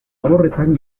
zaborretan